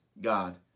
God